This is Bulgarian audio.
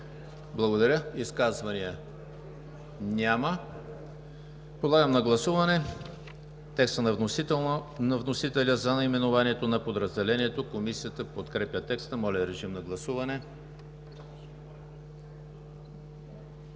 Благодаря. Изказвания? Няма. Подлагам на гласуване текста на вносителя за наименованието на подразделението. Комисията подкрепя текста. Гласували